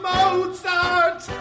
Mozart